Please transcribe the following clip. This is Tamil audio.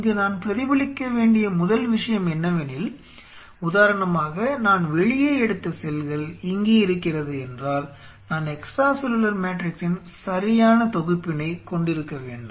இங்கு நான் பிரதிபலிக்க வேண்டிய முதல் விஷயம் என்னவெனில் உதாரணமாக நான் வெளியே எடுத்த செல்கள் இங்கே இருக்கிறது என்றால் நான் எக்ஸ்ட்ரா செல்லுலார் மேட்ரிக்ஸின் சரியான தொகுப்பினைக் கொண்டிருக்க வேண்டும்